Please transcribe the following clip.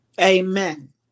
Amen